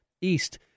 East